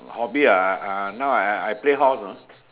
hobby ah now I I play horse ah